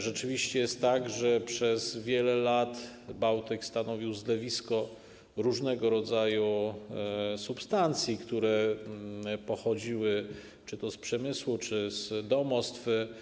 Rzeczywiście jest tak, że przez wiele lat Bałtyk stanowił zlewisko różnego rodzaju substancji, które pochodziły czy to z przemysłu, czy to z domostw.